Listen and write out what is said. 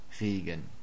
Regen